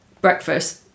breakfast